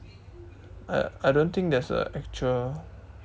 I I don't think there's a actual